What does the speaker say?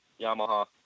Yamaha